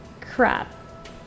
crap